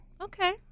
Okay